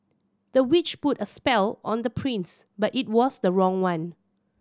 the witch put a spell on the prince but it was the wrong one